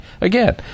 again